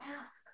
ask